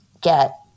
get